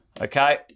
Okay